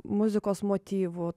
muzikos motyvų